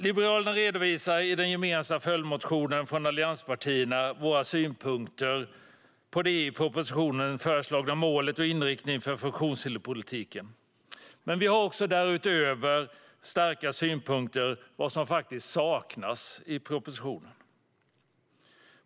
Liberalerna redovisar i den gemensamma följdmotionen från allianspartierna våra synpunkter på det i propositionen föreslagna målet och inriktningen för funktionshinderspolitiken. Vi har därutöver starka synpunkter på vad som saknas i propositionen.